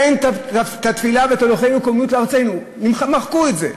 אין התפילה "ותוליכנו קוממיות לארצנו" מחקו את זה.